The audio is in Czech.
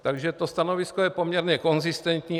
Takže to stanovisko je poměrně konzistentní.